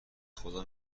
خدا